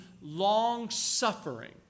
long-suffering